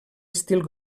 estil